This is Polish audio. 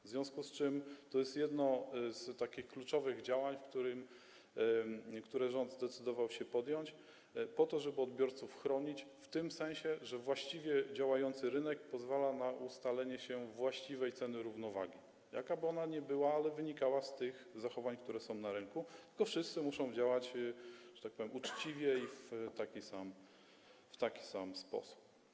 W związku z tym to jest jedno z takich kluczowych działań, które rząd zdecydował się podjąć, żeby odbiorców chronić w tym sensie, że właściwie działający rynek pozwala na ustalenie się właściwej ceny równowagi, jakakolwiek ona by była, ale wynikałaby z tych zachowań, które są na rynku, tylko wszyscy muszą działać, że tak powiem, uczciwie i w taki sam sposób.